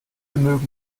mögen